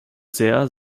sehr